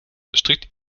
strikt